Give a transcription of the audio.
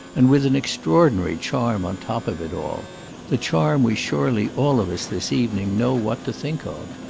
and with an extraordinary charm on top of it all the charm we surely all of us this evening know what to think of.